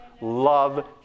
love